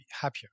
happier